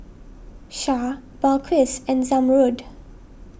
Shah Balqis and Zamrud